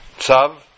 Tzav